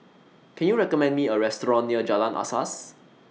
Can YOU recommend Me A Restaurant near Jalan Asas